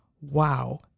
Wow